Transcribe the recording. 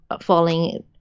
falling